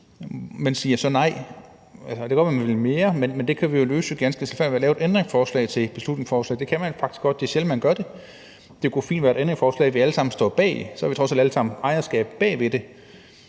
men siger så nej. Det kan godt være, at man vil mere, men det kan vi jo løse ganske stilfærdigt ved at lave et ændringsforslag til beslutningsforslaget; det kan man faktisk godt, selv om det er sjældent, at man gør det. Det kunne fint være et ændringsforslag, vi alle sammen står bag; så har vi trods alt alle sammen ejerskab til det.